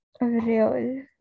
real